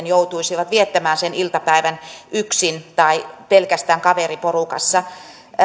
joutuisivat viettämään sen iltapäivän yksin tai pelkästään kaveriporukassa